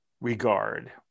regard